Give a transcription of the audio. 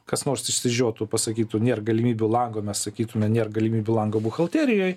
kas nors išsižiotų pasakytų nėr galimybių lango mes sakytume nėra galimybių langą buhalterijoj